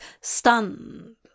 stunned